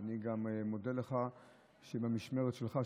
אני גם מודה לך שבמשמרת שלך,